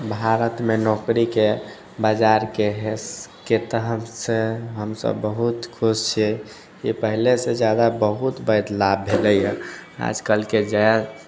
भारतमे नौकरीके बाजारके तरफसँ हमसब बहुत खुश छी कि पहिलेसँ ज्यादा बहुत बदलाव भेलैए आजकलके जे